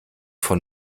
von